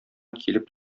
килеп